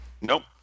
Nope